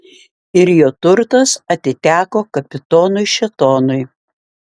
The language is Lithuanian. ir jo turtas atiteko kapitonui šėtonui